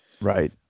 Right